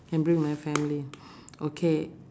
can bring my family okay